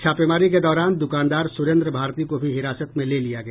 छापेमारी के दौरान दुकानदार सुरेन्द्र भारती को भी हिरासत में ले लिया गया